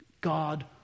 God